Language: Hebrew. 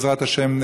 בעזרת השם,